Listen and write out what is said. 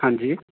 ਹਾਂਜੀ